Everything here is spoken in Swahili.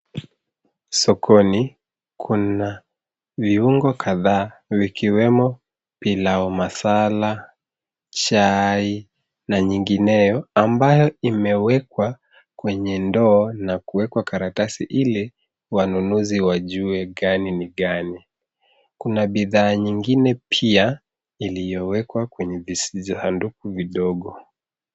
Sokoni, kuna viungo kadhaa vikiwemo pilau masala, chai na nyingineyo ambayo imewekwa kwenye ndoo na kuwekwa karatasi ili wanunuzi wajue gani ni gani. Kuna bidhaa nyingine pia iliyowekwa kwenye vijisanduku vidogo.